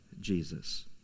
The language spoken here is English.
Jesus